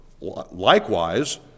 Likewise